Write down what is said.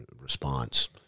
response